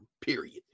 period